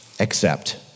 Accept